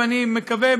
ואני מקווה,